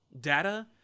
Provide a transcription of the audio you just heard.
data